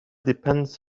depends